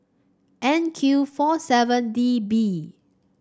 N Q four seven D B